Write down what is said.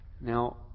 Now